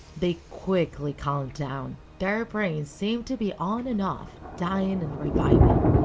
they quickly calmed down. their brains seemed to be on and off, dying and reviving.